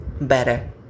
better